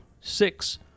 six